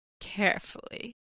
Carefully